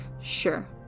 Sure